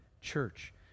church